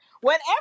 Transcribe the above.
whenever